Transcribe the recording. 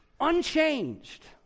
unchanged